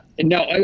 no